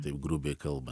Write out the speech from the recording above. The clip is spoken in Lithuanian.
taip grubiai kalba